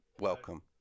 welcome